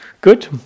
Good